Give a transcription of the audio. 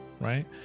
right